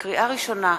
לקריאה ראשונה,